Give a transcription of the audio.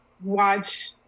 watch